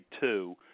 two